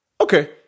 okay